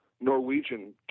Norwegian